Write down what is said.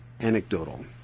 anecdotal